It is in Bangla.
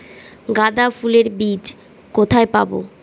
গাঁদা ফুলের বীজ কোথায় পাবো?